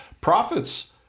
Profits